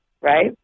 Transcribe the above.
right